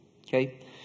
Okay